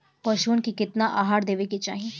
पशुअन के केतना आहार देवे के चाही?